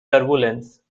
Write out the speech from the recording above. turbulence